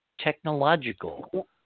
technological